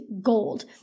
gold